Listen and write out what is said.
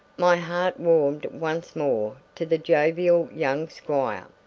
my heart warmed once more to the jovial young squire.